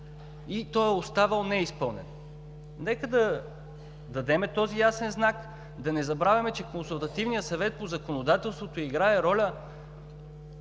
но той е оставал неизпълнен. Нека дадем такъв ясен знак. Да не забравяме, че Консултативният съвет по законодателство играе роля